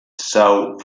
são